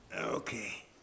Okay